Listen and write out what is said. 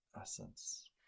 essence